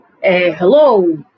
Hello